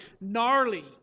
gnarly